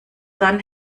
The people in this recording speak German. dann